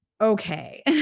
Okay